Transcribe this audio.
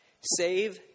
Save